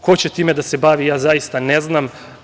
Ko će time da se bavi, ja zaista ne znam.